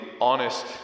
honest